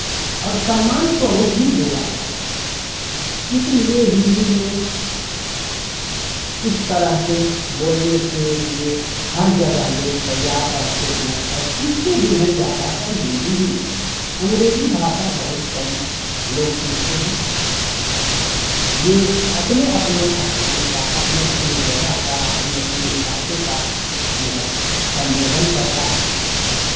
और सम्मान स्वरूप ही बोला जाता है इसलिए हिंदी में इस तरह से बोलने के लिए हर जगह लोग तैयार रहते हैं और सीखते भी हैं ज्यादातर हिंदी ही अंग्रेजी भाषा बहुत कम लोग सीखते हैं ये अपने अपने स्थान का अपने अपने जगह का अपने अपने इलाके का जो है सम्बोधन करता है